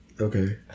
Okay